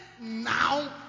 now